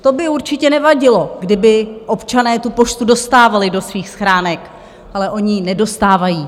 To by určitě nevadilo, kdyby občané tu poštu dostávali do svých schránek, ale oni ji nedostávají.